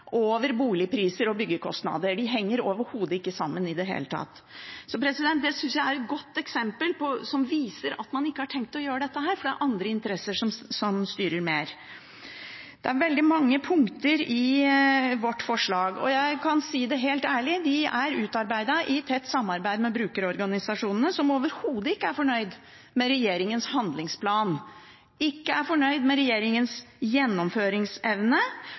over boligpriser og byggekostnader – de henger overhodet ikke sammen i det hele tatt. Det synes jeg er et godt eksempel, som viser at man ikke har tenkt å gjøre dette, for det er andre interesser som styrer. Det er veldig mange punkter i vårt forslag. Jeg kan si det helt ærlig: De er utarbeidet i tett samarbeid med brukerorganisasjonene, som overhodet ikke er fornøyd med regjeringens handlingsplan, som ikke er fornøyd med regjeringens gjennomføringsevne